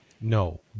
No